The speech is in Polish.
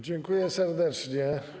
Dziękuje serdecznie.